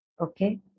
Okay